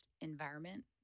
environment